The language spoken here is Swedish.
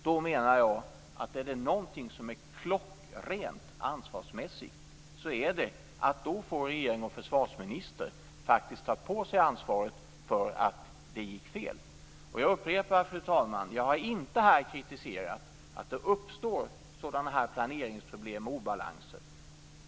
Då menar jag att om det är någonting som är klockrent ansvarsmässigt så är det att regering och försvarsminister faktiskt får ta på sig ansvaret för att det gick fel. Jag upprepar, fru talman, att jag inte här har kritiserat att det uppstår sådana här planeringsproblem och obalanser.